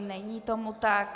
Není tomu tak.